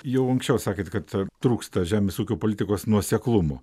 jau anksčiau sakėt kad a trūksta žemės ūkio politikos nuoseklumo